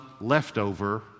leftover